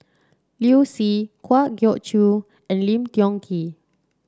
Liu Si Kwa Geok Choo and Lim Tiong Ghee